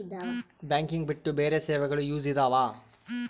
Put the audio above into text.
Banking ಬಿಟ್ಟು ಬೇರೆ ಸೇವೆಗಳು ಯೂಸ್ ಇದಾವ?